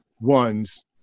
ones